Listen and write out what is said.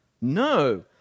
No